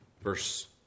verse